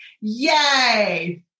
Yay